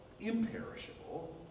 imperishable